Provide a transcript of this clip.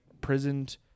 prisoned